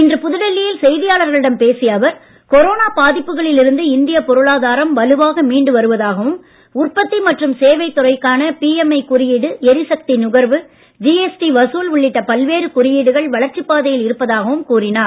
இன்று புதுடெல்லியில் செய்தியாளர்களிடம் பேசிய அவர் கொரோனா பாதிப்புகளில் இருந்து இந்திய பொருளாதாரம் வலுவாக மீண்டு வருவதாகவும் உற்பத்தி மற்றும் சேவை துறைக்கான பிஎம்ஐ குறியீடு எரிசக்தி நுகர்வு ஜிஎஸ்டி வசூல் உள்ளிட்ட பல்வேறு குறியீடுகள் வளர்ச்சிப் பாதையில் இருப்பதாகவும் கூறினார்